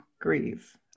grieve